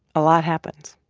a lot happens